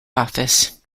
office